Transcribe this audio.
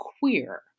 queer